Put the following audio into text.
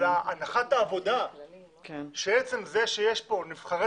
אבל הנחת העבודה שעצם זה שיש פה נבחרי